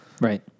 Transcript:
right